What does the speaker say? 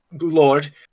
lord